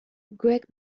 gregg